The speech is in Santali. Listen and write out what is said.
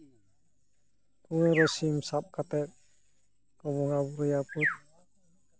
ᱯᱟᱹᱣᱨᱟᱹ ᱥᱤᱢ ᱥᱟᱵ ᱠᱟᱛᱮᱫ ᱠᱚ ᱵᱚᱸᱜᱟᱼᱵᱩᱨᱩᱭᱟ